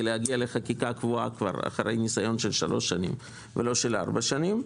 להגיע לחקיקה קבועה אחרי ניסיון של 3 שנים ולא של 4 שנים.